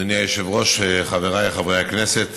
אדוני היושב-ראש, חבריי חברי הכנסת,